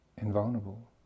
invulnerable